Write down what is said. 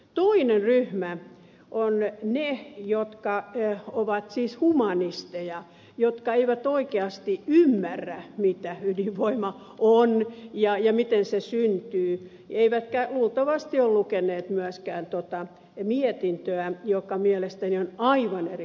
toinen ryhmä ovat ne jotka ovat siis humanisteja jotka eivät oikeasti ymmärrä mitä ydinvoima on ja miten se syntyy eivätkä luultavasti ole lukeneet myöskään tätä mietintöä joka mielestäni on aivan erinomainen